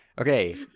okay